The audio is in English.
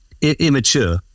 immature